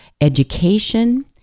education